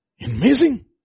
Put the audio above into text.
Amazing